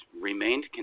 remained